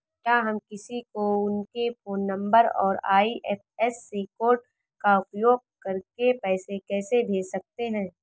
क्या हम किसी को उनके फोन नंबर और आई.एफ.एस.सी कोड का उपयोग करके पैसे कैसे भेज सकते हैं?